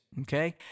okay